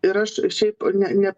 ir aš šiaip ne ne